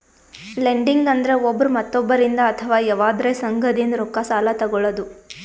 lending ಅಂದ್ರ ಒಬ್ರ್ ಮತ್ತೊಬ್ಬರಿಂದ್ ಅಥವಾ ಯವಾದ್ರೆ ಸಂಘದಿಂದ್ ರೊಕ್ಕ ಸಾಲಾ ತೊಗಳದು